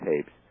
tapes